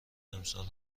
امسال